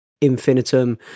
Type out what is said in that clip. infinitum